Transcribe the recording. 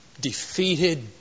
defeated